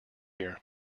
year